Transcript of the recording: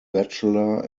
bachelor